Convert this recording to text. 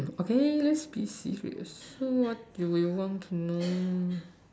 okay lets be serious so what do you want to know